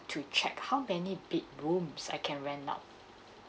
to check how many bedrooms I can rent out